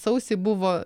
sausį buvo